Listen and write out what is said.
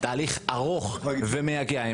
תהליך ארוך ומייגע.